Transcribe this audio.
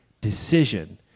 decision